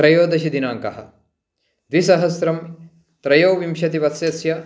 त्रयोदशदिनाङ्कः द्विसहस्रं त्रयोविंशतिवर्षस्य